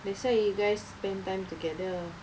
that's why you guys spend time together